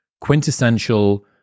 quintessential